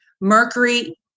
mercury